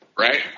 Right